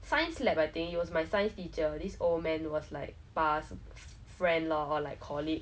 science lab I think he was my science teacher this old man was like pa's friend lor or like colleague